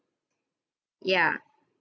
ya